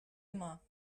immer